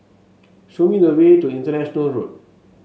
show me the way to International Road